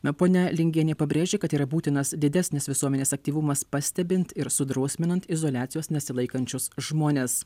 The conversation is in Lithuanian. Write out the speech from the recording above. na ponia lingienė pabrėžė kad yra būtinas didesnis visuomenės aktyvumas pastebint ir sudrausminant izoliacijos nesilaikančius žmones